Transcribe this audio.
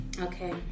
Okay